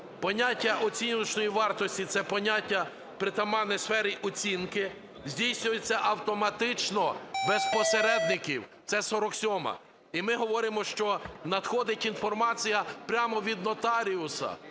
поняття оціночної вартості - це поняття, притаманне сфері оцінки, здійснюється автоматично, без посередників, це 47-а. І ми говоримо, що надходить інформація прямо від нотаріуса,